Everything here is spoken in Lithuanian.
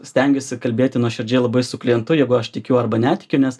stengiuosi kalbėti nuoširdžiai labai su klientu jeigu aš tikiu arba netikiu nes